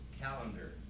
calendar